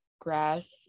grass